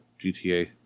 GTA